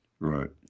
Right